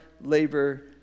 labor